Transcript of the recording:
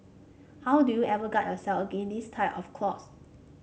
how do you ever guard yourself against this type of clause